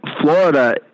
Florida